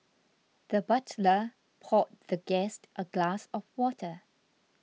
the butler poured the guest a glass of water